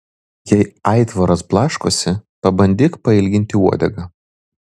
jei aitvaras blaškosi pabandyk pailginti uodegą